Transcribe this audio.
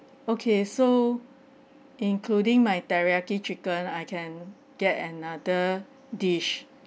okay so including my teriyaki chicken I can get another dish